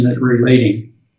relating